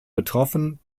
betroffen